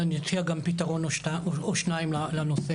אבל אני אציע גם פתרון או שניים לנושא.